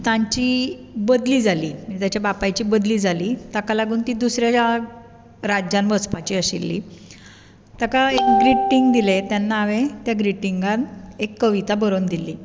तांची बदली जाली ताच्या बापायची बदली जाली ताका लागून तीं दुसऱ्या राज्यांत वचपाचीं आशिल्लीं ताका एक ग्रिटींग दिलें तेन्ना हांवें त्या ग्रिटिंगांत एक कविता बरोवन दिल्ली